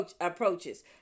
approaches